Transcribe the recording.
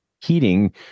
heating